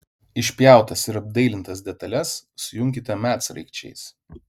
išpjautas ir apdailintas detales sujunkite medsraigčiais